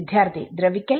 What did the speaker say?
വിദ്യാർത്ഥി ദ്രവിക്കൽ